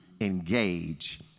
engage